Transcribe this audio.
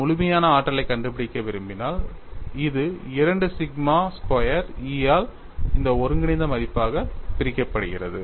நான் முழுமையான ஆற்றலைக் கண்டுபிடிக்க விரும்பினால் இது 2 சிக்மா ஸ்கொயர் E ஆல் இந்த ஒருங்கிணைந்த மதிப்பாகப் பிரிக்கப்படுகிறது